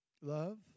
love